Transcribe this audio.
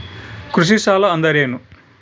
ಕೃಷಿ ಸಾಲ ಅಂದರೇನು?